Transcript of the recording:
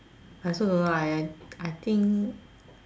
I also don't know lah I think